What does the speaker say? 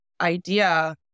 idea